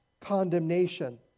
condemnation